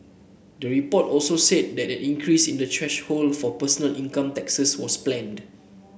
the report also said that an increase in the thresholds for personal income taxes was planned